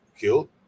killed